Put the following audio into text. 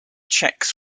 czechs